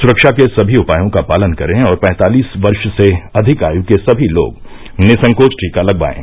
सुरक्षा के सभी उपायों का पालन करें और पैंतालीस वर्ष से अधिक आयु के सभी लोग निःसंकोच टीका लगवाएं